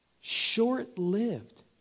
Short-lived